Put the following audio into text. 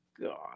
God